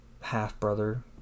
half-brother